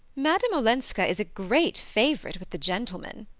madame olenska is a great favourite with the gentlemen,